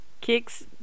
kicks